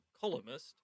columnist